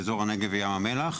באזור הנגב וים המלח,